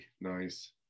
nice